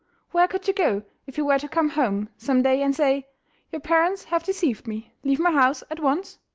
where could she go if he were to come home some day and say your parents have deceived me leave my house at once!